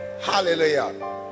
Hallelujah